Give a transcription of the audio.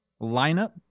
lineup